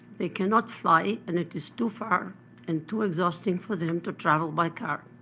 they cannot fly, and it is too far and too exhausting for them to travel by car.